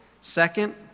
second